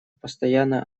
постоянно